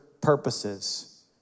purposes